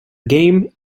game